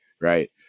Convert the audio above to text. right